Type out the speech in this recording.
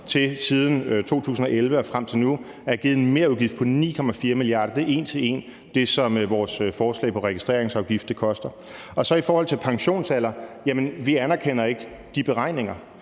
til siden 2011 og frem til nu at have givet en merudgift på 9,4 mia. kr. Det er en til en det, som vores forslag på registreringsafgiftsområdet koster. Så vil jeg i forhold til pensionsalder sige: Jamen vi anerkender ikke de beregninger.